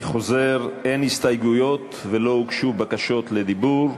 אני חוזר: אין הסתייגויות ולא הוגשו בקשות לדיבור.